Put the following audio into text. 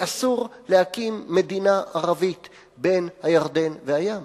שאסור להקים מדינה ערבית בין הירדן והים,